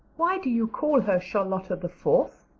why do you call her charlotta the fourth?